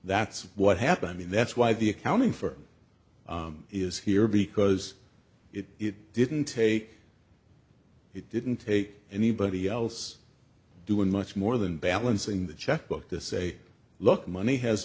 that's what happened and that's why the accounting for it is here because it didn't take it didn't take anybody else doing much more than balancing the checkbook to say look the money has